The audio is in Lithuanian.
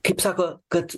kaip sako kad